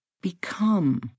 become